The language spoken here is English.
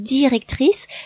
Directrice